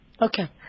Okay